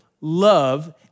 love